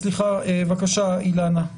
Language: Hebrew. סליחה בבקשה אילנה,